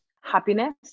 happiness